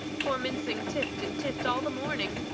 poor mincing tift and tift all the morning.